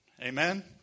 Amen